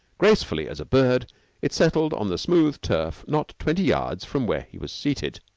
gracefully as a bird it settled on the smooth turf, not twenty yards from where he was seated.